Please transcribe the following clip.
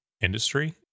industry